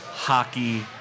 hockey